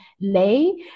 lay